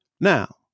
now